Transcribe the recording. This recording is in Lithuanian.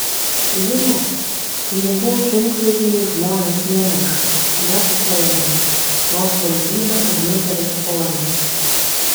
žinau pinigų sunkvežimiui žmonės neneša neskolina nors valdyba ir nutarė skolintis